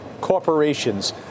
corporations